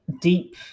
deep